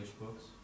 books